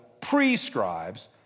prescribes